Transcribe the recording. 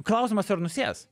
klausimas ar nusės